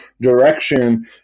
direction